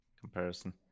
comparison